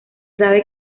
sabe